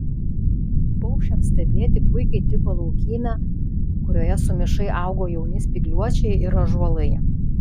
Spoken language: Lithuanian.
paukščiams stebėti puikiai tiko laukymė kurioje sumišai augo jauni spygliuočiai ir ąžuolai